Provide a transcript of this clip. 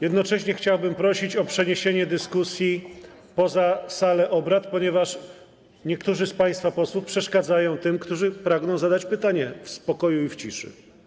Jednocześnie chciałbym prosić o przeniesienie dyskusji poza salę obrad, ponieważ niektórzy z państwa posłów przeszkadzają tym, którzy pragną zadać pytanie w spokoju i w ciszy.